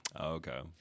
Okay